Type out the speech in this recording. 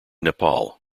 nepal